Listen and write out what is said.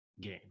game